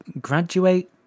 graduate